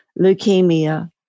leukemia